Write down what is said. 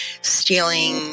stealing